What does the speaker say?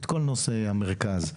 את כל נושא המרכז.